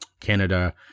Canada